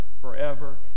forever